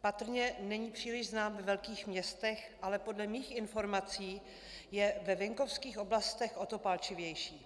patrně není příliš znám ve velkých městech, ale podle mých informací je ve venkovských oblastech o to palčivější.